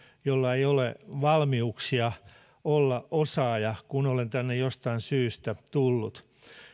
jolla ei ole valmiuksia olla osaaja kun olen tänne jostain syystä tullut